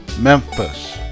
Memphis